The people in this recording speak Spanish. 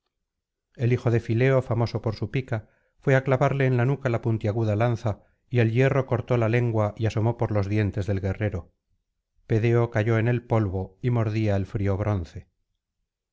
el hijo de fileo famoso por su pica fué á clavarle en la nuca la puntiaguda lanza y el hierro cortó la lengua y asomó por los dientes del guerrero pedeo cayó en el polvo y mordía el frío bronce